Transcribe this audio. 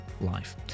life